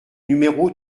numéro